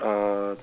uh